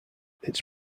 its